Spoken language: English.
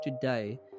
today